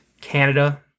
Canada